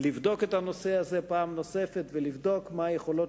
לבדוק את הנושא הזה פעם נוספת ולבדוק מה יכולות